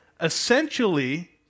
essentially